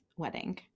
Wedding